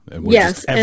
Yes